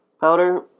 powder